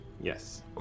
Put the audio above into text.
Yes